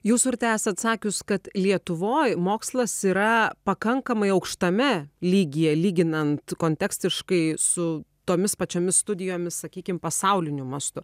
jūs urte esat sakius kad lietuvoj mokslas yra pakankamai aukštame lygyje lyginant kontekstiškai su tomis pačiomis studijomis sakykim pasauliniu mastu